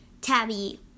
tabby